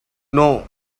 know